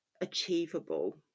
achievable